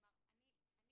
כלומר, אני